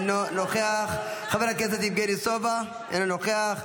אינו נוכח, חבר הכנסת יבגני סובה, אינו נוכח,